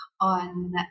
on